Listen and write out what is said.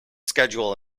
schedule